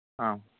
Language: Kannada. ಹಾಂ